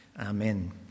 Amen